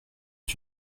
est